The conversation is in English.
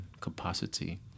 capacity